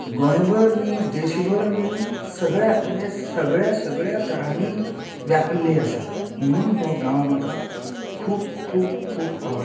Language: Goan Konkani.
गोंयभर न्ही देशभर न्ही सगळ्याक म्हणजे सगळ्या सगळ्या तरांनी व्यापिल्ली आसा म्हणून हो गांव म्हाका खूब खूब खूब आवडटा